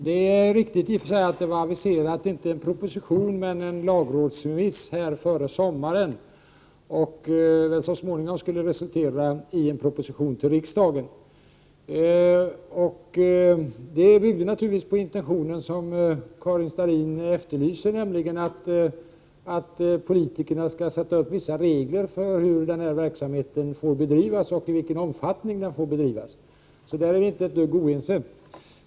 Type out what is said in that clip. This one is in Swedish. Herr talman! Det är i och för sig riktigt att, inte en proposition, men en lagrådsremiss var aviserad före sommaren. Så småningom skulle den resultera i en proposition till riksdagen. Detta byggde naturligtvis på den intention som Karin Starrin efterlyser, nämligen att politikerna skall sätta upp vissa regler för hur verksamheten med genteknik får bedrivas och i vilken omfattning den får bedrivas. Där är vi inte ett dugg oense.